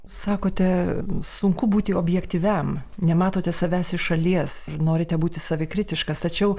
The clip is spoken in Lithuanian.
sakote sunku būti objektyviam nematote savęs iš šalies ir norite būti savikritiškas tačiau